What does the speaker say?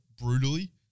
brutally